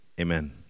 amen